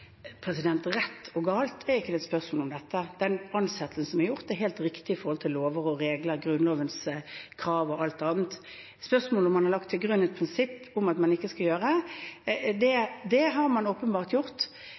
Rett og galt – det er ikke et spørsmål om det. Den ansettelsen som er gjort, er helt riktig i forhold til lover og regler, Grunnlovens krav og alt annet. Når det gjelder spørsmålet om man har lagt til grunn et prinsipp om at man ikke skal gjøre det – det har man åpenbart gjort.